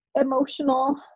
emotional